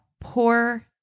poor